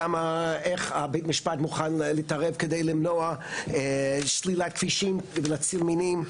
שמה איך הבית משפט מוכן להתערב כדי למנוע סלילת כבישים כדי להציל מינים,